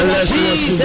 Jesus